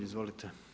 Izvolite.